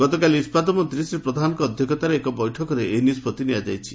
ଗତକାଲି ଇସ୍ସାତ ମନ୍ତୀ ଶ୍ରୀ ପ୍ରଧାନଙ୍କ ଅଧ୍ୟକ୍ଷତାରେ ଏକ ବୈଠକରେ ଏହି ନିଷ୍ବଭି ନିଆଯାଇଛି